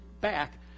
back